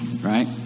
right